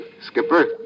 Skipper